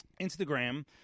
Instagram